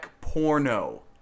porno